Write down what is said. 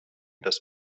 das